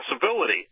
possibility